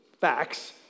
facts